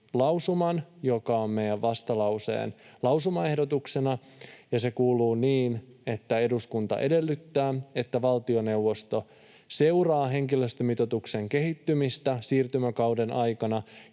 lausuman, joka on meidän vastalauseemme lausumaehdotuksena, ja se kuuluu: ”Eduskunta edellyttää, että valtioneuvosto seuraa henkilöstömitoituksen kehittymistä siirtymäkauden aikana